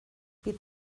bydd